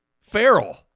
feral